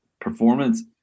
performance